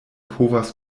povas